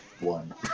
one